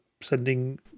sending